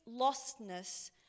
lostness